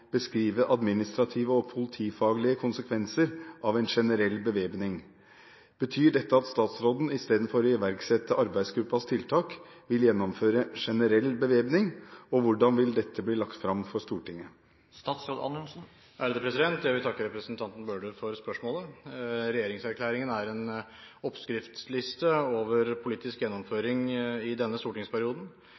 beskrive «administrative og politifaglige konsekvenser av en generell bevæpning». Betyr dette at statsråden istedenfor å iverksette arbeidsgruppas tiltak vil gjennomføre generell bevæpning, og hvordan vil dette bli lagt fram for Stortinget?» Jeg vil takke representanten Bøhler for spørsmålet. Regjeringserklæringen er en oppskriftsliste over politisk gjennomføring i denne stortingsperioden,